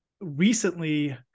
recently